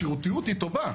השירותיות טובה.